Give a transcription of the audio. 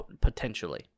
potentially